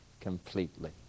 completely